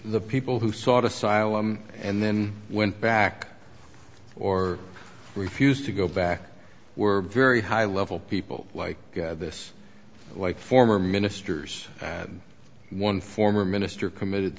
the people who sought asylum and then went back or refused to go back were very high level people like this like former ministers and one former minister committed